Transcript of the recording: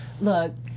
Look